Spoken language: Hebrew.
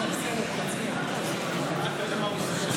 נתקבל.